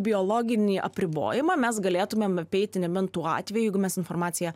biologinį apribojimą mes galėtumėm apeiti nebent tuo atveju jeigu mes informaciją